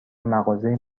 مغازه